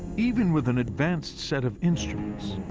even with an advanced set of instruments,